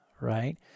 right